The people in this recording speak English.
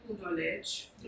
knowledge